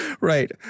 Right